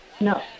No